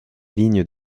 lignes